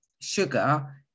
sugar